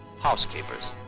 housekeepers